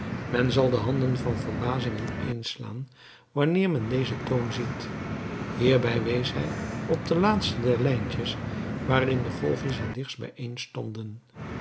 men zal de handen van verbazing ineenslaan wanneer men dezen toon ziet hierbij wees hij op de laatste der lijntjes waarin de golfjes het dichtst bijeen stonden